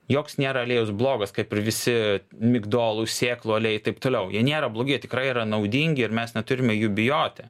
joks nėra aliejus blogas kaip ir visi migdolų sėklų aliejai taip toliau jie nėra blogi jie tikrai yra naudingi ir mes neturime jų bijoti